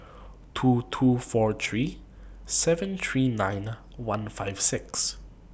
two two four three seven three nine one five six